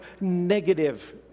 negative